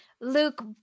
Luke